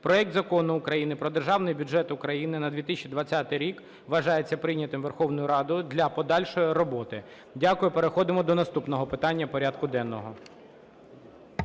проект Закону України про Державний бюджет України на 2020 рік вважається прийнятим Верховною Радою для подальшої роботи. Дякую. Переходимо до наступного питання порядку денного.